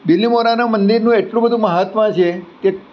બિલીમોરાના મંદિરનું એટલું બધું મહાત્મ્ય છે કે